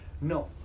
no